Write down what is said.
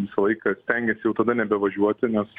visą laiką stengiasijau tada nebevažiuoti nes